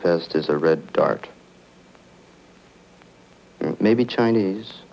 est is a red dark maybe chinese